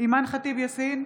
אימאן ח'טיב יאסין,